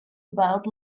about